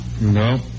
No